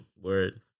Word